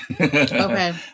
Okay